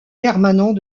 permanents